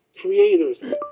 creators